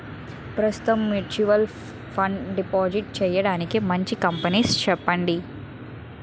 ప్రస్తుతం mutual fund deposit చేయడానికి మంచి కంపెనీలు చెప్పండి